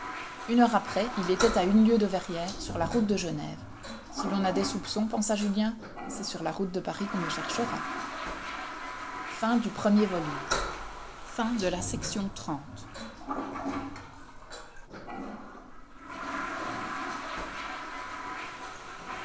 une heure après il était à une lieue de verrières sur la route de genève si l'on a des soupçons pensa julien c'est sur la route de paris qu'on me cherchera fin du premier volume volume